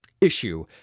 issue